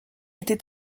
était